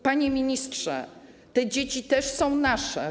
Panie ministrze, te dzieci też są nasze.